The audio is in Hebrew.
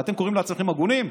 ואתם קוראים לעצמכם הגונים?